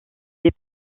des